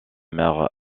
mer